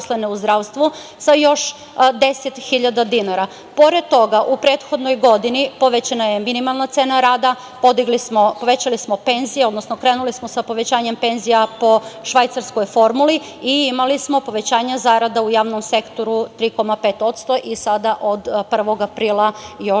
hiljada dinara. Pored toga, u prethodnoj godini povećana je minimalna cena rada, povećali smo penzije, odnosno krenuli smo sa povećanjem penzija po švajcarskoj formuli i imali smo povećanje zarada u javnom sektoru 3,5% i sada od 1. aprila još